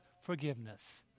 forgiveness